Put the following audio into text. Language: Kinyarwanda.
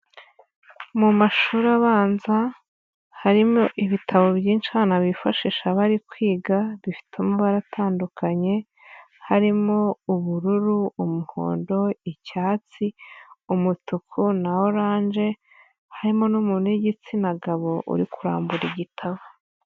Mu mashuri abanza harimo ibitabo byinshi, abana bifashisha bari kwiga, bifite amabara atandukanye. Harimo: ubururu, umuhondo, icyatsi, umutuku na orange. Harimo n'umuntu w'igitsina gabo uri kurambura igitabo.